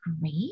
great